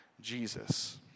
Jesus